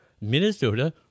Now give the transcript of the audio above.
Minnesota